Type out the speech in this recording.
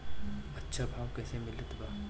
अच्छा भाव कैसे मिलत बा?